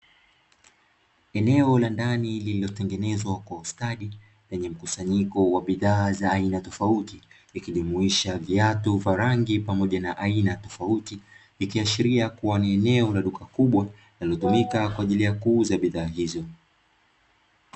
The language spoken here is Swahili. Eneo la ndani lililotengenezwa kwa ustadi lenye mkusanyiko wa bidhaa za aina tofauti, ikijumuisha viatu vya rangi pamoja na aina tofauti, ikiashiria ni eneo la duka kubwa linalotumika kwa ajili ya kuuza bidhaa hizo.